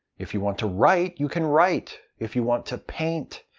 if you want to write, you can write. if you want to paint,